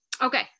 okay